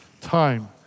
time